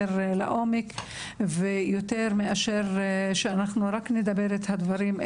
לעומק ויותר מאשר שאנחנו רק נדבר את הדברים,